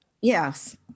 Yes